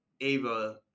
Ava